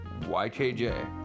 YKJ